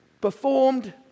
performed